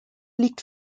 liegt